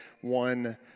one